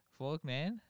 Forkman